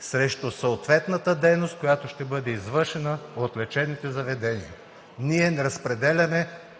срещу съответната дейност, която ще бъде извършена от лечебните заведения. Ние не разпределяме